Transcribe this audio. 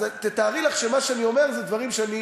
אז תתארי לך שמה שאני אומר אלה דברים שאני